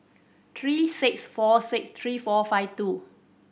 three six four six three four five two